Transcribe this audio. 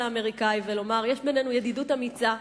האמריקני ולומר: יש בינינו ידידות אמיצה,